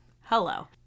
hello